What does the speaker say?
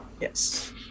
Yes